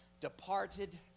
departed